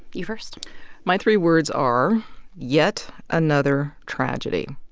you first my three words are yet another tragedy.